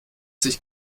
sich